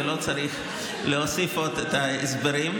ולא צריך להוסיף עוד הסברים.